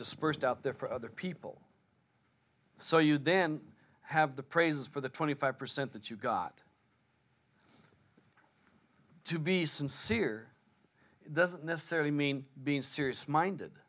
dispersed out there for other people so you'd then have the praises for the twenty five percent that you've got to be sincere it doesn't necessarily mean being serious minded